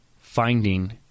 finding